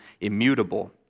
immutable